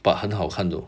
but 很好看 though